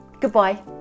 goodbye